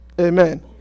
Amen